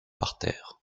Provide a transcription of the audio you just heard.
parterres